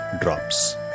drops